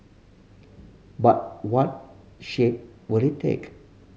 but what shape will it take